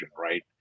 right